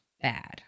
bad